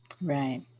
right